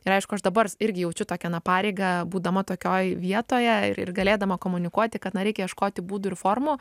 ir aišku aš dabar irgi jaučiu tokią na pareigą būdama tokioj vietoj ir galėdama komunikuoti kad na reikia ieškoti būdų ir formų